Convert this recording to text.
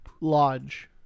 lodge